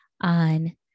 on